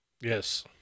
Yes